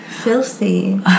Filthy